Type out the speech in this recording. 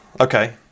okay